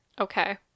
Okay